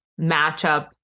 matchup